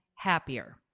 happier